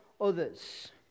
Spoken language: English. others